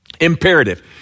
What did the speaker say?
imperative